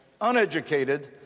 uneducated